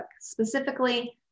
specifically